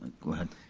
go ahead.